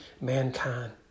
mankind